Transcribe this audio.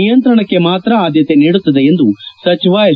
ನಿಯಂತ್ರಣಕ್ಕೆ ಮಾತ್ರ ಆದ್ಯತೆ ನೀಡುತ್ತದೆ ಎಂದು ಸಚಿವ ಎಸ್